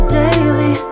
daily